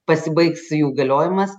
pasibaigs jų galiojimas